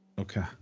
Okay